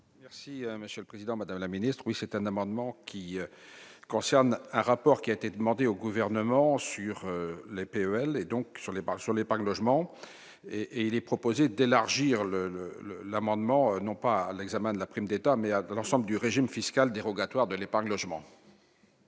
monsieur le président, ma dans la ministre oui c'est un amendement qui concerne un rapport qui a été demandé au gouvernement sur les PEL et donc sur les sur l'épargne logement et et il est proposé d'élargir le le le l'amendement non pas à l'examen de la prime d'État, mais à l'ensemble du régime fiscal dérogatoire de l'épargne logement.